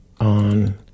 on